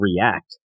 react